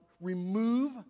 remove